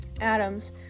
Adams